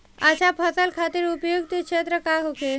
अच्छा फसल खातिर उपयुक्त क्षेत्र का होखे?